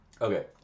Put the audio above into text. Okay